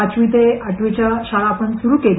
पाचवी ते आठवीच्या शाळा सुरु केल्या